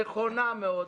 נכונה מאוד,